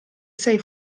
sei